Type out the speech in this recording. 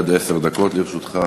עד עשר דקות לרשותך.